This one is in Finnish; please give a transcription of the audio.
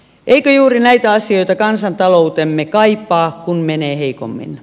eikö juuri näitä asioita kansantaloutemme kaipaa kun menee heikommin